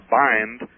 bind